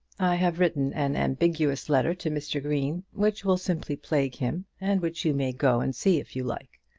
have written an ambiguous letter to mr. green, which will simply plague him, and which you may go and see if you like.